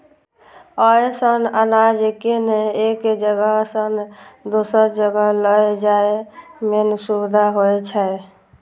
अय सं अनाज कें एक जगह सं दोसर जगह लए जाइ में सुविधा होइ छै